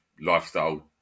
lifestyle